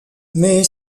mais